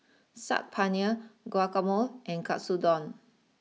Saag Paneer Guacamole and Katsudon